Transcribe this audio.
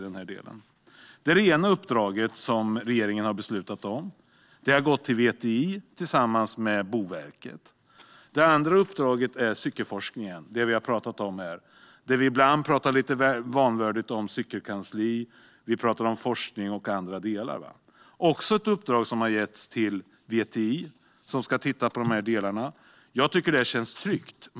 Det är det ena uppdraget som regeringen har beslutat om. Det har gått till VTI tillsammans med Boverket. Det andra uppdraget är cykelforskningen, det vi har pratat om här. Ibland pratar vi lite vanvördigt om cykelkansli, och vi pratar om forskning och andra delar. Det är också ett uppdrag som har getts till VTI, något som jag tycker känns tryggt.